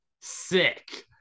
sick